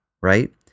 right